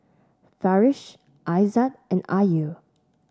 Farish Aizat and Ayu